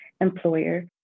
employer